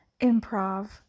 improv